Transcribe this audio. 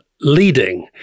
leading